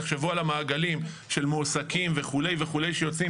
תחשבו על המעגלים של מועסקים וכו' שיוצאים